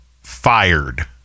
fired